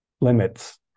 limits